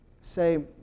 say